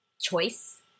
choice